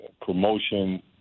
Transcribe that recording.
promotion